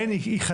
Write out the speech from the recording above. האם היא חדשה?